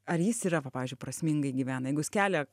ar jis yra pavyzdžiui prasmingai gyvena jeigu jis kelia